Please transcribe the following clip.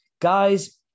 guys